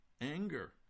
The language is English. Anger